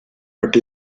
but